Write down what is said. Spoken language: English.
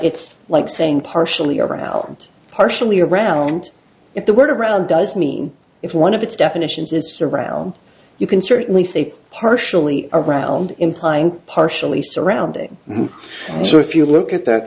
it's like saying partially around partially around if the word around does mean if one of its definitions is surround you can certainly say partially around implying partially surrounding so if you look at that